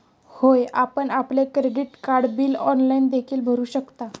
होय, आपण आपले क्रेडिट कार्ड बिल ऑनलाइन देखील भरू शकता